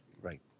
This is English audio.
Right